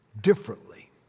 differently